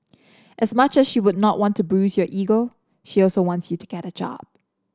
as much as she would not want to bruise your ego she also wants you to get a job